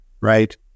right